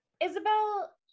Isabel